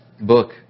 book